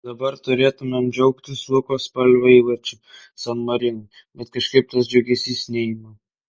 dabar turėtumėm džiaugtis luko spalvio įvarčiu san marinui bet kažkaip tas džiugesys neima